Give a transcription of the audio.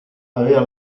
aveva